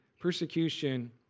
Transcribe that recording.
Persecution